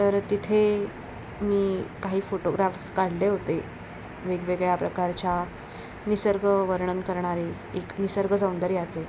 तर तिथे मी काही फोटोग्राफ्स काढले होते वेगवेगळ्या प्रकारच्या निसर्गवर्णन करणारे एक निसर्गसौंदर्याचे